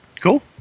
Cool